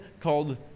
called